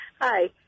Hi